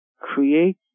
create